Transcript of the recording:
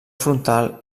frontal